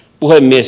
puhemies